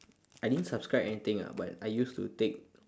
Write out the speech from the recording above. I didn't subscribe anything ah but I used to take